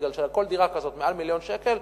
כי על כל דירה כזאת מעל מיליון שקל,